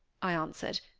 i answered,